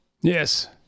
yes